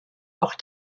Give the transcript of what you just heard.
auch